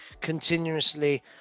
continuously